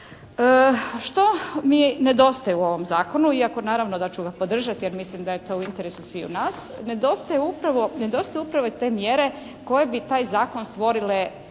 Što mi nedostaje u ovom Zakonu iako naravno da ću ga podržati, jer mislim da je to u interesu sviju nas? Nedostaju upravo te mjere koje bi taj Zakon stvorile